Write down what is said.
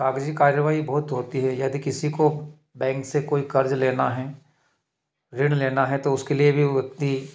कागजी कार्यवाही बहुत होती है यदि किसी को बैंक से कोई कर्ज लेना है ऋण लेना है तो उसके लिए भी उतनी